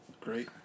great